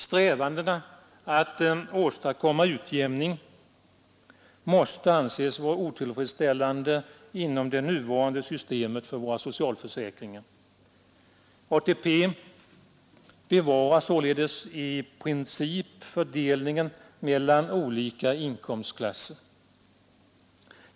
Strävandena att åstadkomma en utjämning inom det nuvarande systemet för våra socialförsäkringar måste anses vara otillfredsställande. ATP bevarar således i princip fördelningen mellan olika inkomstklasser.